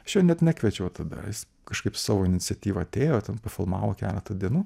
aš jo net nekviečiau tada jis kažkaip savo iniciatyva atėjo ten pafilmavo keletą dienų